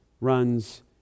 runs